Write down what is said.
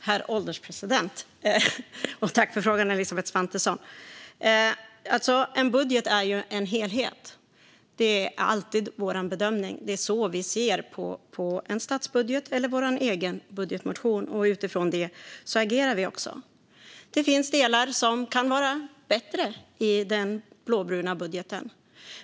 Herr ålderspresident! Tack, Elisabeth Svantesson, för frågan! En budget är ju en helhet. Det är så vi ser på en statsbudget och på vår egen budgetmotion, och det är utifrån detta som vi agerar. Det finns delar som kan vara bättre i den blåbruna budgeten.